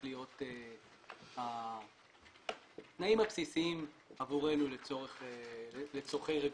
להיות התנאים הבסיסיים עבורנו לצורכי רגולציה.